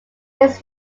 his